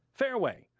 fareway,